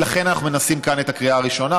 לכן אנחנו מנסים כאן את הקריאה הראשונה.